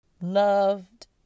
loved